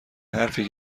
حرفی